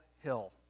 hill